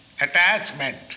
attachment